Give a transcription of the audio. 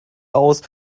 aus